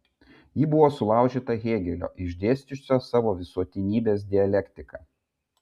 ji buvo sulaužyta hėgelio išdėsčiusio savo visuotinybės dialektiką